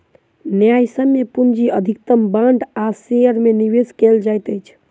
न्यायसम्य पूंजी अधिकतम बांड आ शेयर में निवेश कयल जाइत अछि